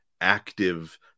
active